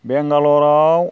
बेंगालराव